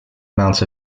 amounts